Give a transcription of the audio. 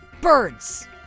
Birds